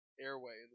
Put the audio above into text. airways